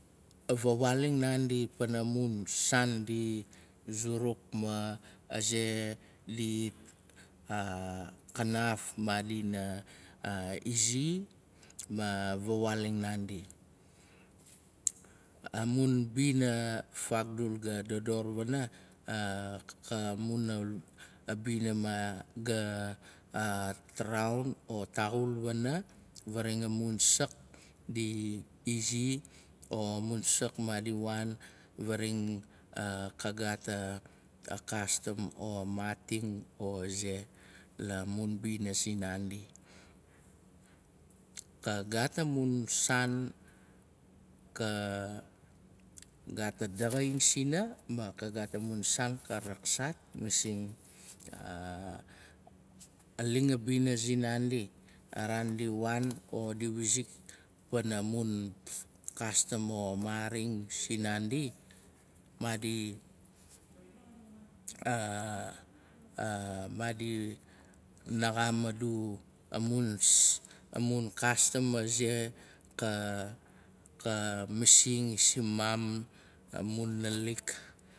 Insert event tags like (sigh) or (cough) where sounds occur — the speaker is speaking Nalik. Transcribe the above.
Fawaaling naandi pana mun saan di zuruk, ma aze di kanat maadi na izi ma vawaaling naandi. Amun bina fakdul ga dodor wana. amun bina gat raun o taxul wana, faraxain amun sak di izi o amun sak maadi naan faraxain, ka gaat a kastam a maating o ze. la mun bina zin naandi. Ka gaat amun saan, ka gaat a daxaing sina ma ka gaat amun saan ka vak saat, masing a ling a bina sin naandi. A raan di waan o di wizik pana mun kastam o maring naandi maadi (hesitation) naxaam adu amun kastam maze ka masing simaam amun nalik.